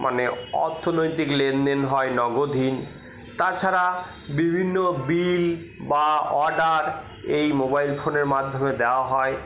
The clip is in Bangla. মানে অর্থনৈতিক লেনদেন হয় নগদহীন তাছাড়া বিভিন্ন বিল বা অর্ডার এই মোবাইল ফোনের মাধ্যমে দেওয়া হয়